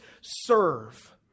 serve